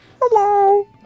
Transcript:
Hello